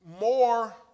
more